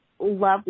love